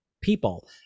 people